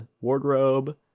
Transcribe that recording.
wardrobe